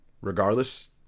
Regardless